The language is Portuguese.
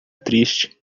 triste